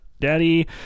Daddy